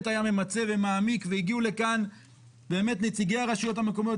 ממצה ומעמיק והגיעו לכאן נציגי הרשויות המקומיות,